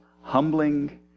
humbling